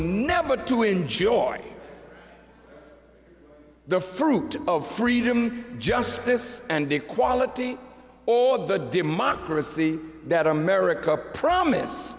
never to enjoy the fruit of freedom justice and equality or the democracy that america promise